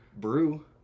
brew